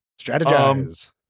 strategize